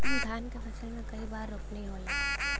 धान के फसल मे कई बार रोपनी होला?